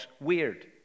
weird